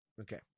Okay